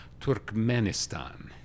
Turkmenistan